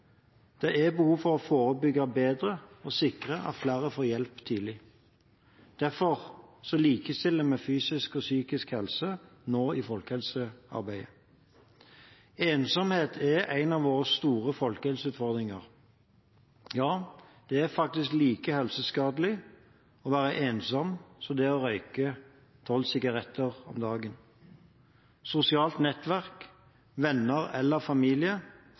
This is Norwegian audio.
Det er behov for å forebygge bedre og sikre at flere får hjelp tidlig. Derfor likestiller vi nå fysisk og psykisk helse i folkehelsearbeidet. Ensomhet er en av våre store folkehelseutfordringer. Ja, det er faktisk like helseskadelig å være ensom som det er å røyke tolv sigaretter om dagen. Sosialt nettverk – venner eller familie